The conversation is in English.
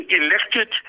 elected